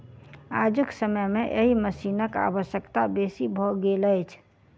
आजुक समय मे एहि मशीनक आवश्यकता बेसी भ गेल अछि